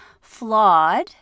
flawed